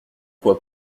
quoi